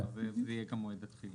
זאת אומרת, זה יהיה מועד התחילה.